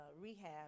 rehab